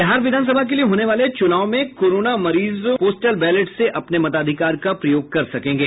बिहार विधान सभा के लिए होने वाले चुनाव में कोरोना मरीज पोस्टल बैलेट से अपने मताधिकार का प्रयोग करेंगे